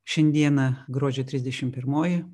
šiandieną gruodžio trisdešim pirmoji